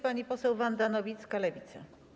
Pani poseł Wanda Nowicka, Lewica.